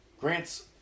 Grant's